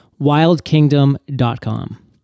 wildkingdom.com